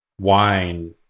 wine